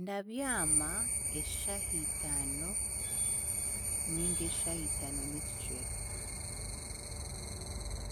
Ndabyama eshaaha itaano ninga eshaaha itaano n'ekicweka